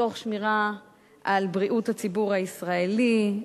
תוך שמירה על בריאות הציבור הישראלי,